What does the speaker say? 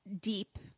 deep